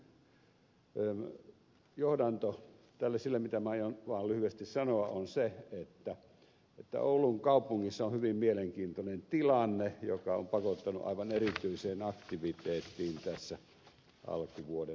sitten se toinen johdanto sille mitä minä aion vaan lyhyesti sanoa on se että oulun kaupungissa on hyvin mielenkiintoinen tilanne joka on pakottanut aivan erityiseen aktiviteettiin tässä alkuvuoden aikana